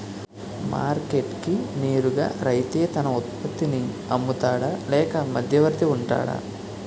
Market కి నేరుగా రైతే తన ఉత్పత్తి నీ అమ్ముతాడ లేక మధ్యవర్తి వుంటాడా?